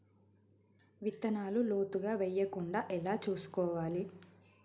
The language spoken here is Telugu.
విత్తనాలు లోతుగా వెయ్యకుండా ఎలా చూసుకోవాలి?